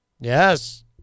Yes